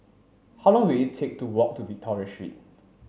how long will it take to walk to Victoria Street